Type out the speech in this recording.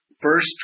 first